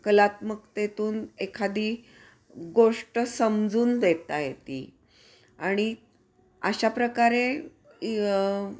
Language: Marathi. कलात्मकतेतून एखादी गोष्ट समजून देता येते आणि अशा प्रकारे